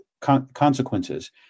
consequences